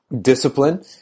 discipline